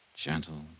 Gentle